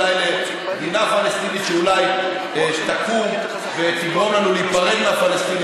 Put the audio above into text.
אולי למדינה פלסטינית שאולי תקום ותגרום לנו להיפרד מהפלסטינים.